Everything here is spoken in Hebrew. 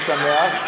אני שמח.